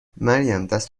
مریم، دست